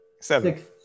seven